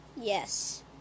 Yes